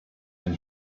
man